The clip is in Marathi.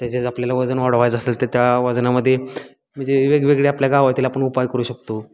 त्याच्यात आपल्याला वजन वाढवायचं असेल तर त्या वजनामध्ये म्हणजे वेगवेगळे आपल्या गावातील आपण उपाय करू शकतो